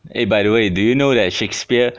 eh by the way you do you know that shakespeare